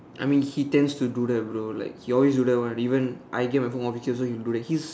I mean he tends to do that bro like he always do that one even I he also do that he's